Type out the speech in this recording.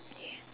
yeah